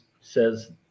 says